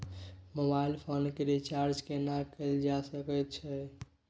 Mobile phone के recharge केना कैल जा सकै छै?